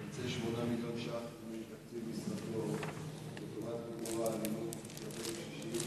יקצה 8 מיליוני שקלים מתקציבו לטובת מיגור האלימות כלפי קשישים,